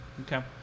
okay